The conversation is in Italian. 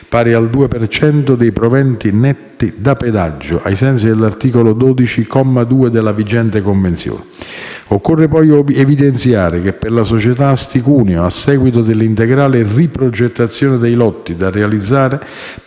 per cento dei proventi netti da pedaggio (ai sensi dell'articolo 12, comma 2, della vigente convenzione). Occorre poi evidenziare che per la società Autostrada Asti Cuneo - a seguito dell'integrale riprogettazione dei lotti da realizzare